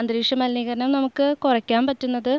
അന്തരീക്ഷം മലിനീകരണം നമുക്ക് കുറയ്ക്കാൻ പറ്റുന്നത്